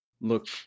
look